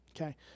okay